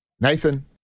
Nathan